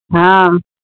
ہاں